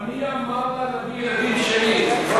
אבל מי אמר לה להביא ילדים, שלי?